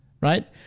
right